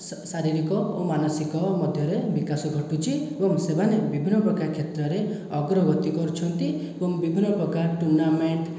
ସ ଶାରୀରିକ ଓ ମାନସିକ ମଧ୍ୟରେ ବିକାଶ ଘଟୁଛି ଏବଂ ସେମାନେ ବିଭିନ୍ନ ପ୍ରକାର କ୍ଷେତ୍ରରେ ଅଗ୍ରଗତି କରୁଛନ୍ତି ଏବଂ ବିଭିନ୍ନ ପ୍ରକାର ଟୁର୍ନାମେଣ୍ଟ